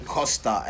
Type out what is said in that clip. Costa